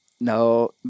No